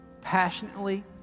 passionately